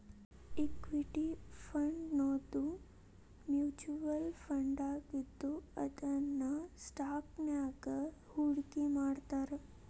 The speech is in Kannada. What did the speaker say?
ಇಕ್ವಿಟಿ ಫಂಡನ್ನೋದು ಮ್ಯುಚುವಲ್ ಫಂಡಾಗಿದ್ದು ಇದನ್ನ ಸ್ಟಾಕ್ಸ್ನ್ಯಾಗ್ ಹೂಡ್ಕಿಮಾಡ್ತಾರ